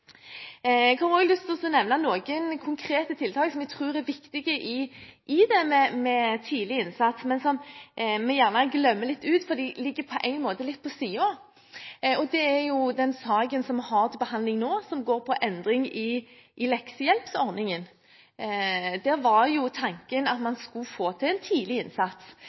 Jeg har også lyst til å nevne noen konkrete tiltak som jeg tror er viktig i det med tidlig innsats, men som vi gjerne glemmer litt, fordi det på en måte ligger litt på siden. Det er den saken vi har til behandling nå som går på endring i leksehjelpsordningen. Der var tanken at man skulle få til tidlig innsats.